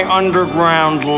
underground